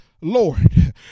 Lord